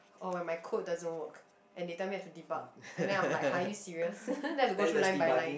oh when my code doesn't work and they tell me I should debug and I'm then like !huh! you serious then I have to go through line by line